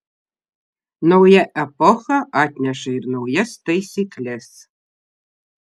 nauja epocha atneša ir naujas taisykles